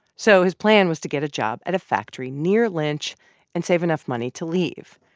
so his plan was to get a job at a factory near lynch and save enough money to leave.